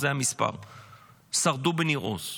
שישה.